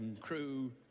crew